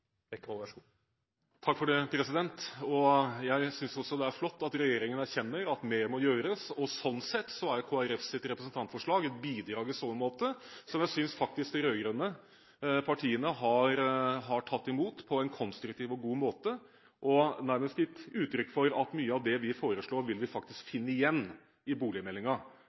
Bekkevold har hatt ordet to ganger tidligere i debatten og får ordet til en kort merknad, begrenset til 1 minutt. Jeg synes også det er flott at regjeringen erkjenner at mer må gjøres. Slik sett er Kristelig Folkepartis representantforslag et bidrag i så måte, som jeg faktisk synes de rød-grønne partiene har tatt imot på en konstruktiv og god måte, og nærmest gitt uttrykk for at mye av det vi foreslår, vil vi faktisk finne igjen i